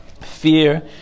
Fear